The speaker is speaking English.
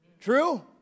True